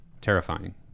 terrifying